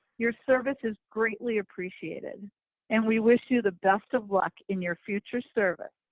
your service is greatly appreciated and we wish you the best of luck in your future service,